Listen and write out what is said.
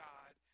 God